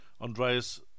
Andreas